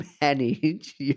manage